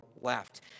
left